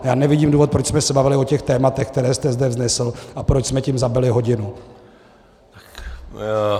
Já nevidím důvod, proč jsme se bavili o těch tématech, která jste zde vznesl, a proč jsme tím zabili hodinu.